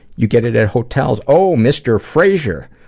you get it at hotels oh, mr. fraser!